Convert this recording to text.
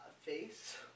face